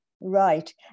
Right